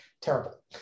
Terrible